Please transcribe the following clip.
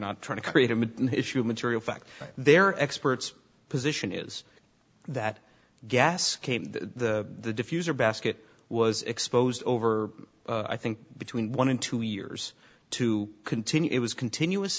not trying to create a midden issue of material fact they're experts position is that gas came the diffuser basket was exposed over i think between one and two years to continue it was continuous